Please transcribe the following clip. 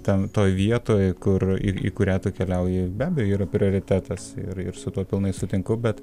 ten toj vietoj kur į kurią tu keliauji be abejo yra prioritetas ir ir su tuo pilnai sutinku bet